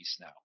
now